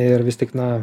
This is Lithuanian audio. ir vis tik na